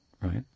right